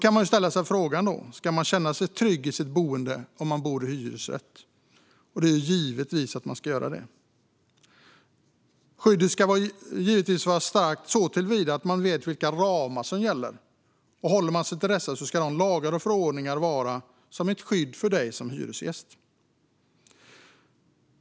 Man ska givetvis känna sig trygg med sitt boende om man bor i hyresrätt. Man ska veta vilka ramar som gäller, och om man håller sig till dessa ska lagar och förordningar ge ett starkt skydd.